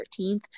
13th